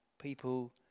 people